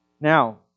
Now